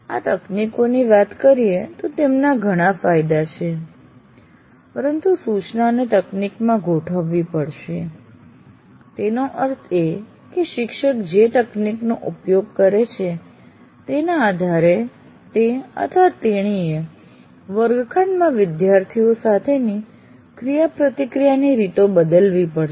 આ તકનીકોની વાત કરીએ તો તેમના ઘણા ફાયદા છે પરંતુ સૂચનાને તકનીકમાં ગોઠવવી પડશે તેનો અર્થ એ કે શિક્ષક જે તકનીકનો ઉપયોગ કરે છે તેના આધારે તેતેણીએ વર્ગખંડમાં વિદ્યાર્થીઓ સાથેની ક્રિયાપ્રતિક્રિયાની રીતો બદલવી પડશે